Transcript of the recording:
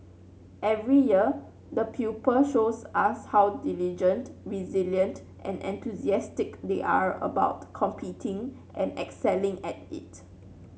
every year the pupil shows us how diligent resilient and enthusiastic they are about competing and excelling at it